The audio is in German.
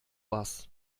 was